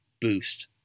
boost